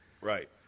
Right